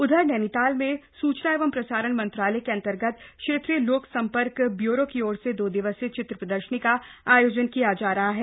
उधर नैनीताल में सूचना एवं प्रसारण मंत्रालय के अंतर्गत क्षेत्रीय लोक संपर्क ब्यूरो की ओर से दो दिवसीय चित्र प्रदर्शनी का आयोजन किया जा रहा है